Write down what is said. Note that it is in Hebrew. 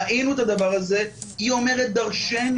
ראינו את הדבר הזה העובדה הזאת אומרת דרשני.